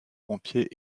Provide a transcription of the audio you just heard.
pompiers